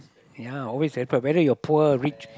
ya always happen whether you are poor or rich